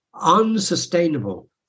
unsustainable